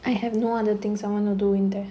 I have no other things I wanna do in there